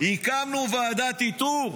הקמנו ועדת איתור,